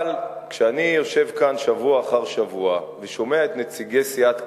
אבל כשאני יושב כאן שבוע אחר שבוע ושומע את נציגי סיעת קדימה,